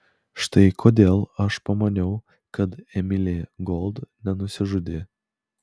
štai kodėl aš pamaniau kad emilė gold nenusižudė